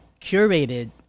curated